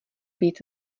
být